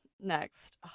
next